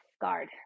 guard